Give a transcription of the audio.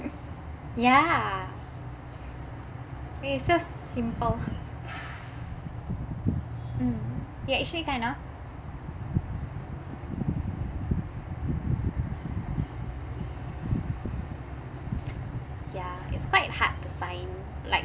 ya it's so simple mm ya actually kind of ya it's quite hard to find like